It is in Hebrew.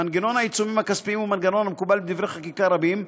מנגנון העיצומים הכספיים הוא מנגנון המקובל בדברי חקיקה רבים,